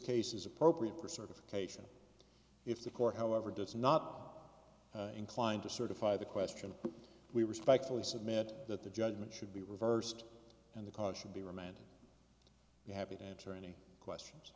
case is appropriate for certification if the court however does not inclined to certify the question we respectfully submit that the judgment should be reversed and the cause should be remanded you happy to answer any questions